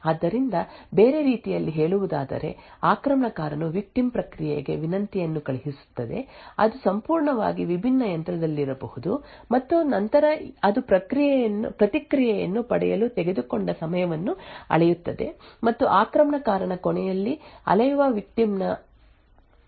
ಆದ್ದರಿಂದ ಬೇರೆ ರೀತಿಯಲ್ಲಿ ಹೇಳುವುದಾದರೆ ಆಕ್ರಮಣಕಾರನು ವಿಕ್ಟಿಮ್ ಪ್ರಕ್ರಿಯೆಗೆ ವಿನಂತಿಯನ್ನು ಕಳುಹಿಸುತ್ತದೆ ಅದು ಸಂಪೂರ್ಣವಾಗಿ ವಿಭಿನ್ನ ಯಂತ್ರದಲ್ಲಿರಬಹುದು ಮತ್ತು ನಂತರ ಅದು ಪ್ರತಿಕ್ರಿಯೆಯನ್ನು ಪಡೆಯಲು ತೆಗೆದುಕೊಂಡ ಸಮಯವನ್ನು ಅಳೆಯುತ್ತದೆ ಮತ್ತು ಆಕ್ರಮಣಕಾರನ ಕೊನೆಯಲ್ಲಿ ಅಳೆಯುವ ಎಕ್ಸಿಕ್ಯೂಶನ್ ಸಮಯದ ವ್ಯತ್ಯಾಸಗಳನ್ನು ನಂತರ ಬಳಸಲಾಗುತ್ತದೆ